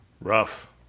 Rough